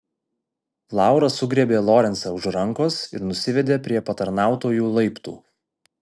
laura sugriebė lorencą už rankos ir nusivedė prie patarnautojų laiptų